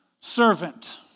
servant